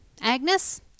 Agnes